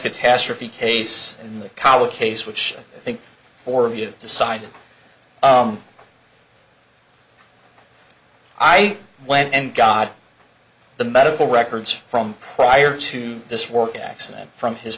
catastrophe case mikala case which i think or of you decide i went and got the medical records from prior to this work accident from his